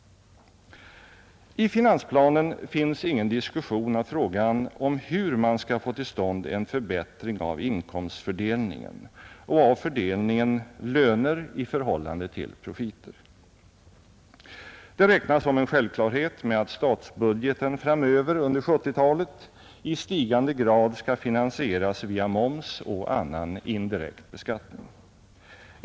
I finansplanen finns ingen diskussion av frågan om hur man skall få till stånd en förbättring av inkomstfördelningen och av fördelningen löner i förhållande till profiter. Det räknas som en självklarhet med att statsbudgeten framöver under 1970-talet i stigande grad skall finansieras via moms och annan indirekt beskattning.